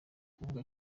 kuvuga